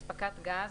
"הספקת גז",